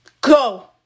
go